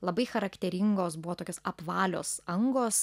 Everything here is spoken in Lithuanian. labai charakteringos buvo tokios apvalios angos